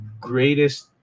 greatest